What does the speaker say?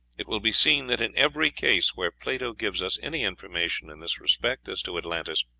it will be seen that in every case where plato gives us any information in this respect as to atlantis,